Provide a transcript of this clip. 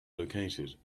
located